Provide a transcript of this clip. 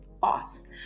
boss